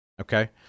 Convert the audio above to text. Okay